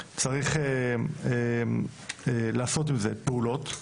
צריך לעשות עם זה פעולות,